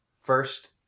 First